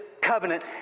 covenant